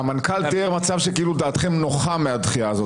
המנכ"ל תיאר מצב כאילו דעתכם נוחה מהדחייה הזאת.